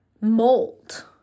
mold